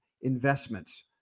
investments